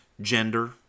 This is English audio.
gender